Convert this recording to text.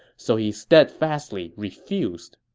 so he steadfastly refused.